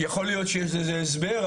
יכול להיות שיש לזה הסבר,